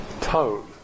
tone